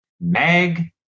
Meg